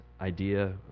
idea